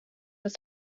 were